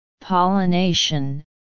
pollination